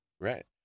Right